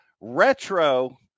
retro